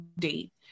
date